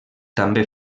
també